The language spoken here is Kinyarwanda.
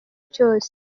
cyose